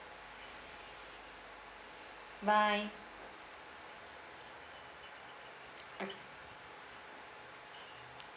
bye okay